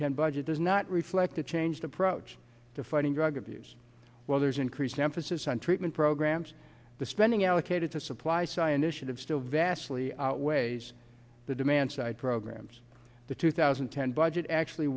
ten budget does not reflect a changed approach to fighting drug abuse well there's increased emphasis on treatment programs the spending allocated to supply scientists should have still vastly outweighs the demand side programs the two thousand and ten budget actually